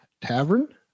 Tavern